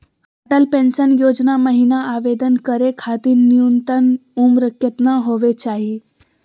Atal pension योजना महिना आवेदन करै खातिर न्युनतम उम्र केतना होवे चाही?